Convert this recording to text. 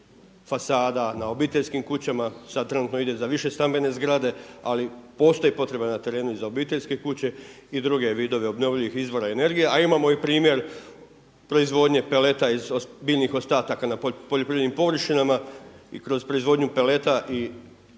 fasada na obiteljskim kućama. Sada trenutno ide za više stambene zgrade ali postoji potreba na terenu i za obiteljske kuće i druge vidove obnovljivih izvora energije a imamo i primjer proizvodnje peleta iz biljnih ostataka na poljoprivrednim površinama i kroz proizvodnju peleta i